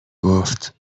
گفت